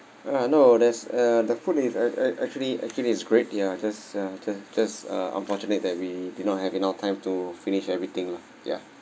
uh no there's uh the food is act act actually actually it's great ya just uh just just uh unfortunate that we did not have enough time to finish everything lah ya